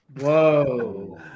Whoa